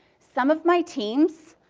some of my teams,